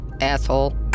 Asshole